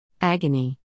Agony